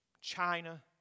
China